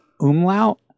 umlaut